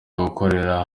gukorera